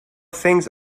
things